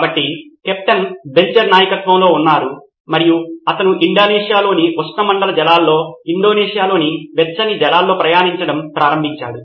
కాబట్టి captain Belcher నాయకత్వంలో ఉన్నాడు మరియు అతను ఇండోనేషియాలోని ఉష్ణమండల జలాల్లో ఇండోనేషియాలోని వెచ్చని జలాల్లో ప్రయాణించడం ప్రారంభించాడు